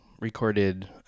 recorded